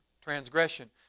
Transgression